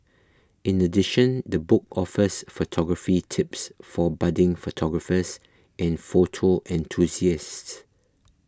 in addition the book offers photography tips for budding photographers and photo enthusiasts